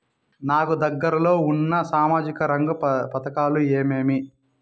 నాకు దగ్గర లో ఉన్న సామాజిక రంగ పథకాలు ఏమేమీ?